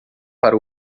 para